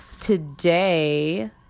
Today